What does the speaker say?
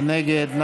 מי נגד?